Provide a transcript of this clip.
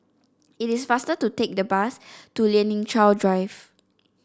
it is faster to take the bus to Lien Ying Chow Drive